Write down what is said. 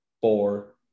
four